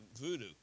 voodoo